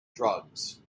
drugs